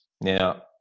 Now